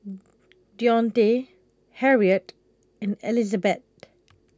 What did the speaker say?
Dionte Harriet and Elizabet